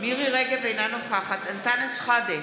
מירי מרים רגב, אינה נוכחת אנטאנס שחאדה,